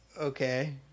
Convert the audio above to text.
okay